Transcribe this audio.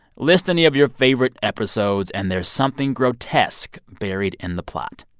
list any of your favorite episodes, and there's something grotesque buried in the plot.